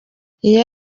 iyo